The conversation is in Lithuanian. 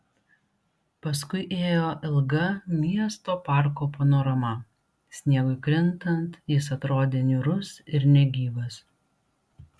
paskui ėjo ilga miesto parko panorama sniegui krintant jis atrodė niūrus ir negyvas